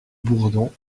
bourdon